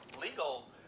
legal